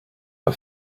but